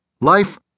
Life